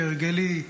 כהרגלי,